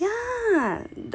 ya the um I was